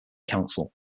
council